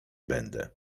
będę